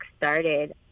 started